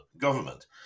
government